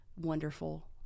wonderful